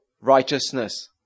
righteousness